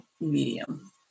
medium